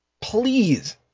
Please